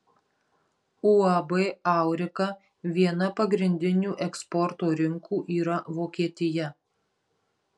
uab aurika viena pagrindinių eksporto rinkų yra vokietija